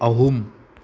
ꯑꯍꯨꯝ